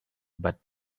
but